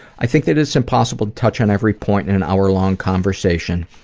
i think that it's impossible to touch on every point in an hour-long conversation,